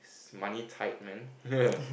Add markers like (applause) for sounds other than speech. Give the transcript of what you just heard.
money tight man (laughs)